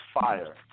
fire